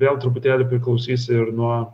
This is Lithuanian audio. vėl truputėlį priklausys ir nuo